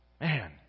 Man